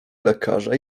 lekarza